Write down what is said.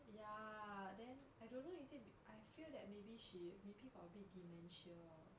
ya then I don't know is it I feel that maybe she maybe got a bit dementia